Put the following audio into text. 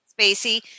Spacey